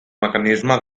mecanisme